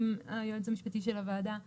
אם היועץ המשפטי של הוועדה מעוניין,